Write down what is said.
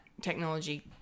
technology